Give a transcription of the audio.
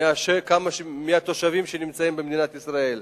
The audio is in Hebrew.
מאשר התושבים שנמצאים במדינת ישראל.